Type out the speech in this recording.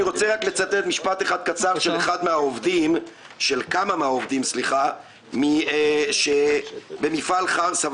אני רוצה לצטט רק משפט אחד קצר של כמה מן העובדים במפעל חרסה.